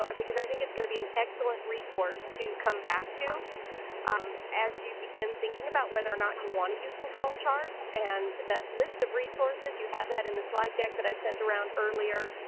because i think it's going to be an excellent resource to come back to as you begin thinking about whether or not you want to use control charts. and that list of resources, you have that in the slide deck that i sent around earlier,